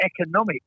economic